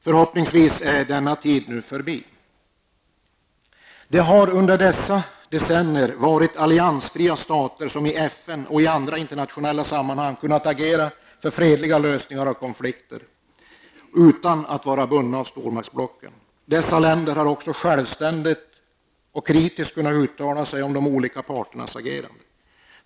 Förhoppningsvis är denna tid nu förbi. Det har under dessa decennier varit alliansfria stater som i FN och i andra internationella sammanhang har kunnat agera för fredliga lösningar av konflikter utan att vara bundna av stormaktsblocken. Dessa länder har också självständigt och kritiskt kunnat uttala sig om de olika parternas agerande.